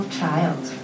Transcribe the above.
child